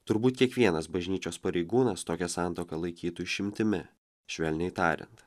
turbūt kiekvienas bažnyčios pareigūnas tokią santuoką laikytų išimtimi švelniai tariant